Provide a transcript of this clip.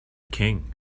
king